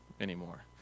anymore